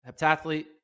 heptathlete